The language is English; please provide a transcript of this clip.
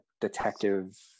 detective